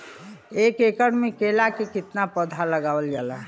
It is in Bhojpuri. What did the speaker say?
एक एकड़ में केला के कितना पौधा लगावल जाला?